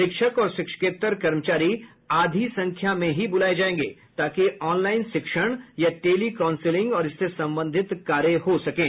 शिक्षक और शिक्षकेतर कर्मचारी आधी संख्या में बुलाए जाएंगे ताकि ऑनलाइन शिक्षण या टेली काउसिलिंग और इससे संबंधित कार्य हो सकें